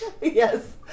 Yes